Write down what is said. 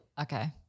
Okay